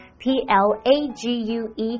plague